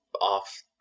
off